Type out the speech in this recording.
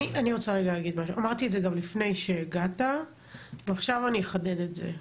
אמרתי לפני שהגעת ואני אחדד את זה עכשיו.